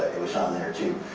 it was on there, too.